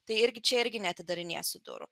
tai irgi čia irgi neatidarinėsi durų